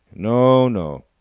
no, no!